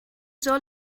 soll